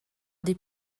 des